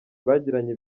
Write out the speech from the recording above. bagiranye